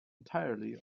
entirely